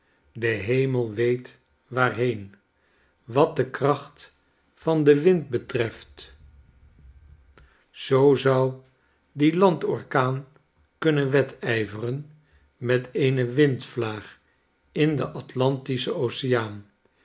de hemel weet waarheen wat de kracht van den wind betreft zoo zou die landorkaan kunnen wedijveren met eene windvlaag in den atlantischen oceaan